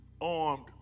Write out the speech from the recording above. armed